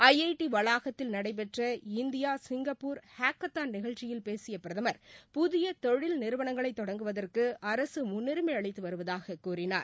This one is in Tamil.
ஐ ஐ டி வளாகத்தில் நடைபெற்ற இந்தியா சிங்கப்பூர் ஹக்கத்தான் நிகழ்ச்சியில் பேசிய பிரதமா் புதிய தொழில் நிறுவனங்களை தொடங்குவதற்கு அரசு முன்னுரிமை அளித்து வருவதாகக் கூறினார்